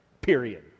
Period